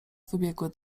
wybiegły